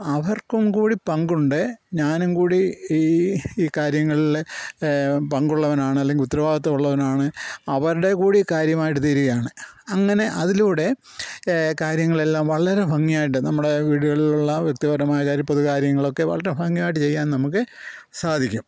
അവർക്കും കൂടി പങ്കുണ്ട് ഞാനും കൂടി ഈ ഈ കാര്യങ്ങളില് പങ്കുള്ളവനാണ് അല്ലെങ്കില് ഉത്തരവാദിത്തമുള്ളവനാണ് അവരുടെ കൂടി കാര്യമായിട്ട് തീരുകയാണ് അങ്ങനെ അതിലൂടെ കാര്യങ്ങളെല്ലാം വളരെ ഭംഗിയായിട്ട് നമ്മുടെ വീടുകളിലുള്ള വ്യക്തിപരമായ കാര്യം പൊതു കാര്യങ്ങളൊക്കെ വളരെ ഭംഗിയായിട്ട് ചെയ്യാൻ നമുക്ക് സാധിക്കും